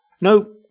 No